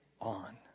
on